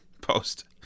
post